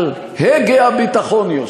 על הגה הביטחון יושב.